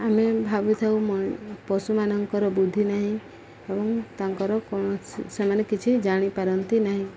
ଆମେ ଭାବିଥାଉ ପଶୁମାନଙ୍କର ବୁଦ୍ଧି ନାହିଁ ଏବଂ ତାଙ୍କର କୌଣସି ସେମାନେ କିଛି ଜାଣିପାରନ୍ତି ନାହିଁ